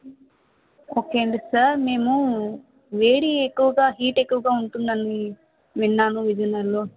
okay అండి sir మేము వేడి ఎక్కువగా హీట్ ఎక్కువగా ఉంటుందని విన్నాము విజయనగరంలో